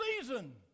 season